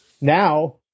Now